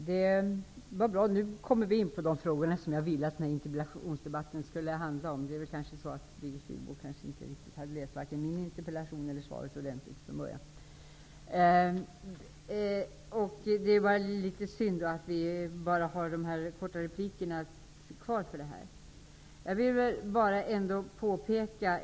Herr talman! Nu kommer vi in på de frågor som jag önskade att denna interpellationsdebatt skulle handla om. Det är kanske så att Birgit Friggebo från början varken hade läst min interpellation eller svaret ordentligt. Det är då litet synd att vi endast har de korta replikerna i denna debatt kvar för diskussionen.